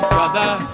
Brother